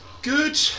Good